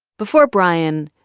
before brian,